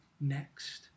next